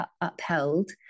upheld